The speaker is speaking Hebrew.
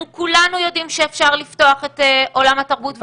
אנחנו כולנו יודעים שאפשר לפתוח את עולם התרבות והאמנות.